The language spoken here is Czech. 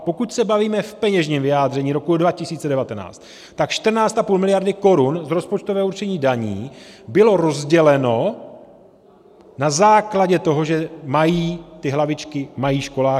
Pokud se bavíme v peněžním vyjádření roku 2019, tak 14,5 mld. korun z rozpočtového určení daní bylo rozděleno na základě toho, že mají ty hlavičky, mají školáky.